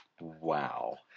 Wow